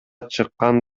чыккан